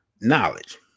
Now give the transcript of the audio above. knowledge